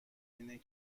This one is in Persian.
این